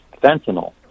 fentanyl